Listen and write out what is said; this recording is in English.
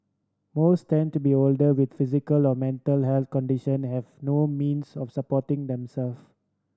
most tend to be older with physical or mental health condition and have no means of supporting themself